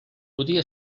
podia